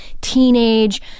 teenage